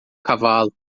cavalo